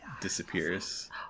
disappears